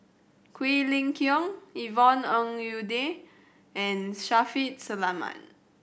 Quek Ling Kiong Yvonne Ng Uhde and Shaffiq Selamat